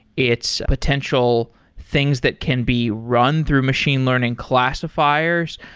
it's potential things that can be run through machine learning classifiers.